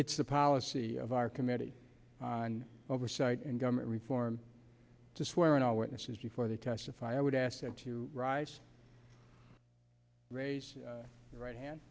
it's the policy of our committee on oversight and government reform to swear in all witnesses before they testify i would ask them to rise raise your right hand